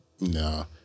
no